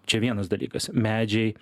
čia vienas dalykas medžiai